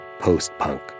Post-punk